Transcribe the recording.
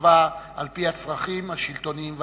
שייקבע על-פי הצרכים השלטוניים והלאומיים.